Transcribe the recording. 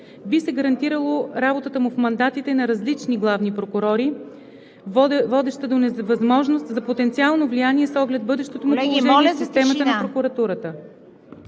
би се гарантирало работата му в мандатите на различни главни прокурори, водеща до невъзможност за потенциално влияние, с оглед бъдещото му положение в системата на прокуратурата.